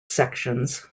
sections